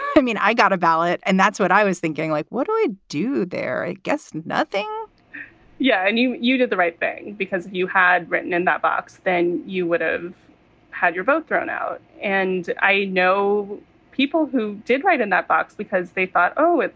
i mean, i got a ballot and that's what i was thinking. like, what do i do there? i guess nothing yeah. and you you did the right thing because you had written in that box. then you would have had your vote thrown out. and i know people who did write in that box because they thought, oh,